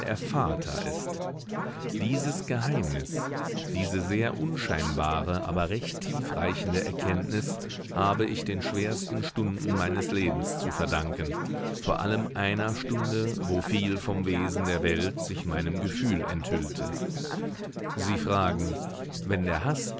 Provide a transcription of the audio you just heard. vater ist dieses geheimnis diese sehr unscheinbare aber recht tiefreichende erkenntnis habe ich den schwersten stunden meines lebens zu verdanken vor allem einer stunde wo viel vom wesen der welt sich meinem gefühl enthüllte sie fragen wenn der haß